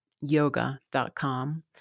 yoga.com